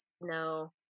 no